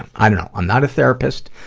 i don't know. i'm not a therapist,